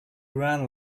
run